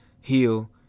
heal